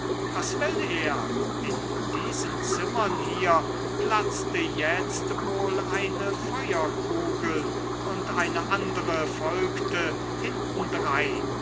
was will er in diesen zimmern hier platzte jetzt wohl eine feuerkugel und eine andere folgte